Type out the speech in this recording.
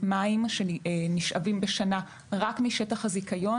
מים שנשאבים בשנה רק משטח הזיכיון.